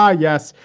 ah yes.